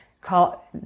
call